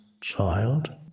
child